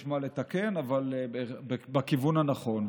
יש מה לתקן, אבל בכיוון הנכון.